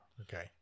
okay